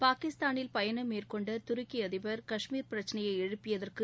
பாகிஸ்தானில் பயணம் மேற்கொண்ட துருக்கி அதிபர் காஷ்மீர் பிரச்சினையை எழுப்பியதற்கு